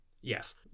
Yes